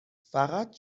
فقط